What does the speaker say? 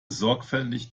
sorgfältig